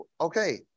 Okay